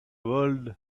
world